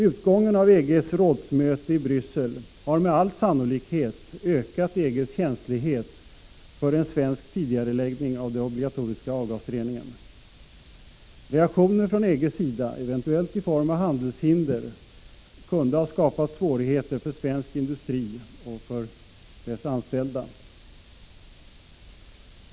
Utgången av EG:s rådsmöte i Bryssel har med all sannolikhet ökat EG:s känslighet för en svensk tidigareläggning av den obligatoriska avgasreningen. Reaktioner från EG:s sida, eventuellt i form av handelshinder, kunde ha skapat svårigheter för svensk industri och dess anställda.